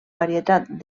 varietat